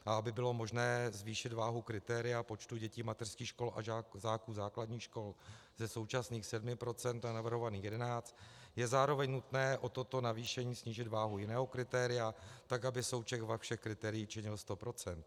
A aby bylo možné zvýšit váhu kritéria počtu dětí mateřských škol a žáků základních škol ze současných 7 % na navrhovaných 11 %, je zároveň nutné o toto navýšení snížit váhu jiného kritéria tak, aby součet vah všech kritérií činil 100 %.